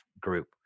Group